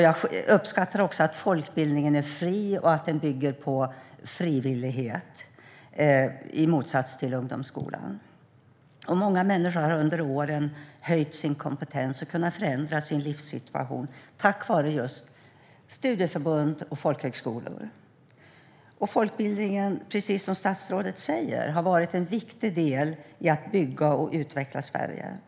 Jag uppskattar också att folkbildningen är fri och att den bygger på frivillighet, i motsats till ungdomsskolan. Många människor har under åren höjt sin kompetens och kunnat förändra sin livssituation tack vare just studieförbund och folkhögskolor. Precis som statsrådet säger har folkbildningen varit en viktig del i att bygga och utveckla Sverige.